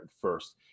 first